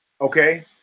Okay